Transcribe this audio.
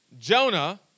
Jonah